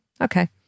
Okay